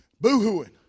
boo-hooing